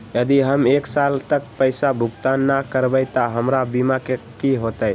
यदि हम एक साल तक पैसा भुगतान न कवै त हमर बीमा के की होतै?